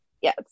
Yes